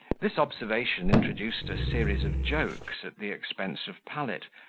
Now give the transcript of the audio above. this observation introduced a series of jokes at the expense of pallet,